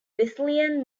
wesleyan